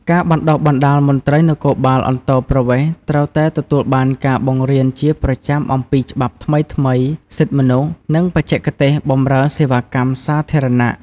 ការបណ្តុះបណ្តាលមន្ត្រីគរបាលអន្តោប្រវេសន៍ត្រូវតែទទួលបានការបង្រៀនជាប្រចាំអំពីច្បាប់ថ្មីៗ សិទ្ធិមនុស្ស និងបច្ចេកទេសបម្រើសេវាសាធារណៈ។